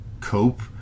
cope